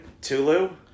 Tulu